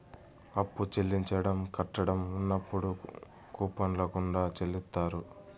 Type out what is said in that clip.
అప్పు చెల్లించడం కట్టంగా ఉన్నప్పుడు కూపన్ల గుండా చెల్లిత్తారు